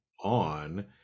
On